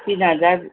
तिन हजार